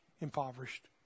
impoverished